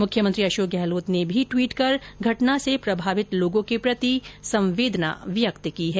मुख्यमंत्री अशोक गहलोत ने भी ट्वीट कर घटना से प्रभावित लोगों के प्रति संवेदना व्यक्त की है